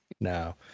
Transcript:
No